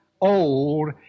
old